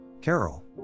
Carol